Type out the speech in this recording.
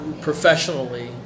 professionally